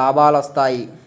లాభాలొస్టయి